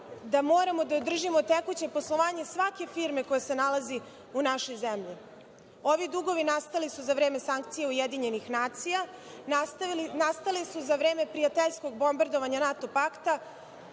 da moramo da održimo tekuće poslovanje svake firme koja se nalazi u našoj zemlji. Ovi dugovi su nastali u vreme sankcija UN, nastali su za vreme prijateljskog bombardovanja NATO pakta,